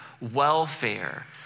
welfare